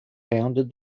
founded